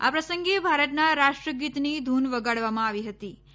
આ પ્રસંગે ભારતનાં રાષ્ટ્ર ગીતની ધૂન વગાડવામાં આવી હતીં